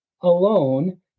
alone